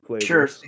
Sure